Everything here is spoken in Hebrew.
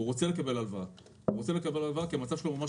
הוא רוצה לקבל הלוואה כי המצב שלו ממש